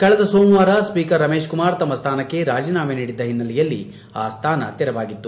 ಕಳೆದ ಸೋಮವಾರ ಸ್ವೀಕರ್ ರಮೇಶ್ಕುಮಾರ್ ತಮ್ಮ ಸ್ಥಾನಕ್ಕೆ ರಾಜೀನಾಮೆ ನೀಡಿದ್ದ ಹಿನ್ನೆಲೆಯಲ್ಲಿ ಆ ಸ್ಥಾನ ತೆರವಾಗಿತ್ತು